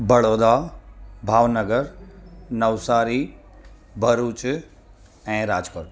बड़ौदा भावनगर नवसारी भरुच ऐं राजकोट